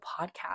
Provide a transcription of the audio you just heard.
podcast